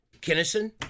Kinnison